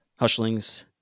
Hushlings